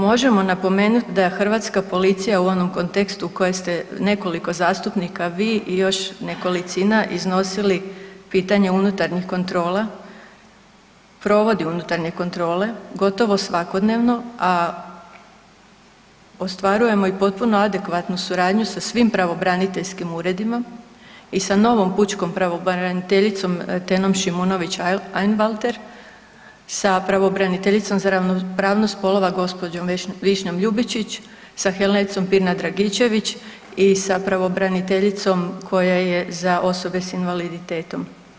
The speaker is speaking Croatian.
Možemo napomenuti da hrvatska policija u onom kontekstu u kojem ste nekoliko zastupnika, vi i još nekolicina iznosili pitanje unutarnjih kontrola, provodi unutarnje kontrole gotovo svakodnevno, a ostvarujemo i potpuno adekvatnu suradnju sa svim pravobraniteljskim uredima i sa novom pučkom pravobraniteljicom Tenom Šimonović Einwalter, sa pravobraniteljicom za ravnopravnost spolova gospođom Višnjom Ljubičić, sa Helencom Pirnat Dragičević i sa pravobraniteljicom koja je za osobe sa invaliditetom.